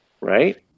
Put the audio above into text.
Right